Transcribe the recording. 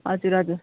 हजुर हजुर